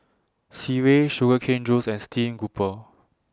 Sireh Sugar Cane Juice and Stream Grouper